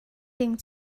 ding